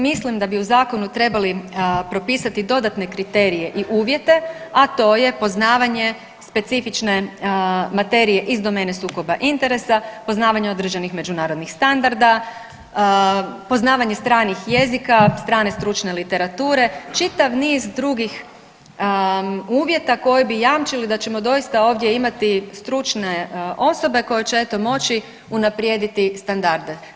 Mislim da bi u zakonu trebali propisati dodatne kriterije i uvjete, a to je poznavanje specifične materije iz domene sukoba interesa, poznavanje određenih međunarodnih standarda, poznavanje stranih jezika, strane stručne literature čitav niz drugih uvjeta koji bi jamčili da ćemo doista ovdje imati stručne osobe koje će eto moći unaprijediti standarde.